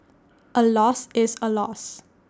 A loss is A loss